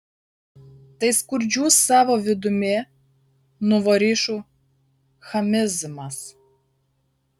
tai skurdžių savo vidumi nuvorišų chamizmas